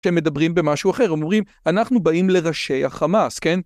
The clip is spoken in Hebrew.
כשהם מדברים במשהו אחר, הם אומרים, אנחנו באים לראשי החמאס, כן?